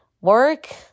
work